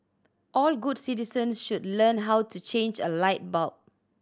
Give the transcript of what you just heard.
all good citizens should learn how to change a light bulb